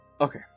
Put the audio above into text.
Okay